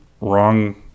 wrong